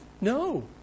No